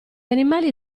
animali